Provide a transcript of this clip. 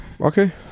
Okay